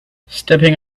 stepping